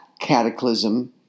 cataclysm